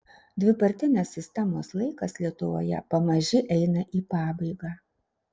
dvipartinės sistemos laikas lietuvoje pamaži eina į pabaigą